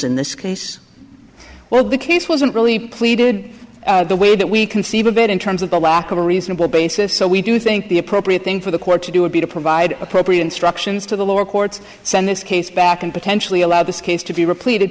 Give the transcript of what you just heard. case well the case wasn't really pleaded the way that we conceive of it in terms of the locker a reasonable basis so we do think the appropriate thing for the court to do would be to provide appropriate instructions to the lower courts send this case back and potentially allow this case to be repeated